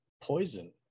poison